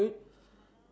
ya